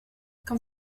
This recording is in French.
quand